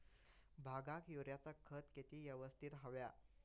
भाताक युरियाचा खत किती यवस्तित हव्या?